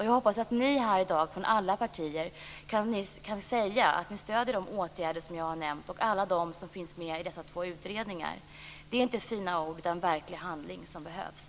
Jag hoppas att ni här i dag, från alla partier, kan säga att ni stöder de åtgärder som jag har nämnt och alla de åtgärder som finns med i dessa två utredningar. Det är inte fina ord utan verklig handling som behövs.